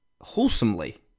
wholesomely